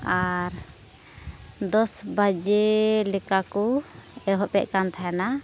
ᱟᱨ ᱫᱚᱥ ᱵᱟᱡᱮ ᱞᱮᱠᱟ ᱠᱚ ᱮᱦᱚᱵᱮᱜ ᱠᱟᱱ ᱛᱟᱦᱮᱱᱟ